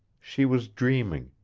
she was dreaming,